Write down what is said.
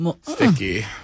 sticky